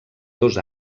dos